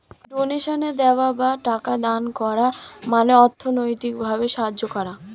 ডোনেশনে দেওয়া বা টাকা দান করার মানে অর্থনৈতিক ভাবে সাহায্য করা